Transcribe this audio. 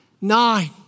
nine